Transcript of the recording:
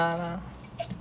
sorry